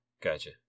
Gotcha